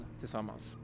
tillsammans